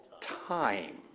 time